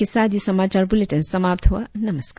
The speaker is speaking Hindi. इसी के साथ यह समाचार बुलेटिन समाप्त हुआ नमस्कार